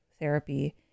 therapy